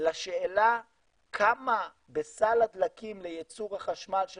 לשאלה כמה בסל הדלקים לייצור החשמל של